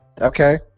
Okay